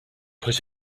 put